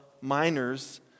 miners